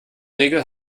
regel